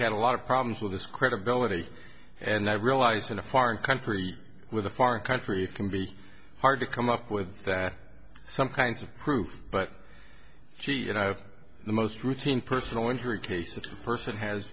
had a lot of problems with his credibility and i realize in a foreign country with a foreign country it can be hard to come up with that some kinds of proof but gee you know the most routine personal injury cases a person has